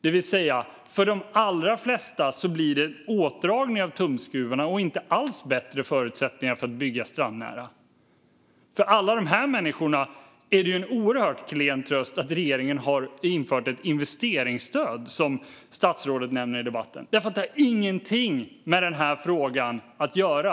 Det vill säga att det för de allra flesta blir en åtdragning av tumskruvarna och inte alls bättre förutsättningar för att bygga strandnära. För alla dessa människor är det en oerhört klen tröst att regeringen har infört ett investeringsstöd, som statsrådet nämner i debatten. Det har ju ingenting med den här frågan att göra.